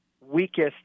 weakest